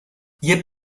ihr